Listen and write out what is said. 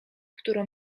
którą